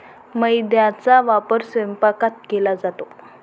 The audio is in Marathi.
मैद्याचा वापर स्वयंपाकात केला जातो